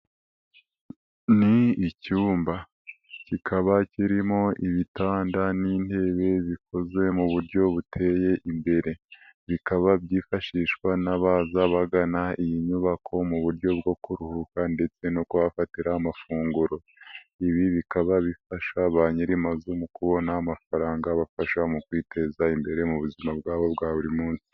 Ni icyumba kikaba kirimo ibitanda n'intebe bikoze mu buryo buteye imbere, bikaba byifashishwa n'abaza bagana iyi nyubako mu buryo bwo kuruhuka ndetse no kubahafatira amafunguro, ibi bikaba bifasha ba nyiramazu mu kubona amafaranga abafasha mu kwiteza imbere mu buzima bwabo bwa buri munsi.